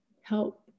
help